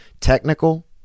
Technical